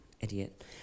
idiot